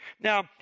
Now